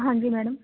ਹਾਂਜੀ ਮੈਡਮ